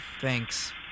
thanks